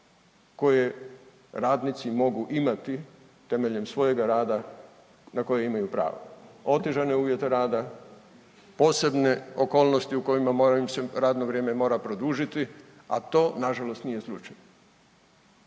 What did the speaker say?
koje radnici mogu imati temeljem svojega rada na koji imaju pravo, otežane uvjete rada, posebne okolnosti u kojima moraju im se radno vrijeme mora produžiti, a to nažalost nije slučaj.